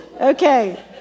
Okay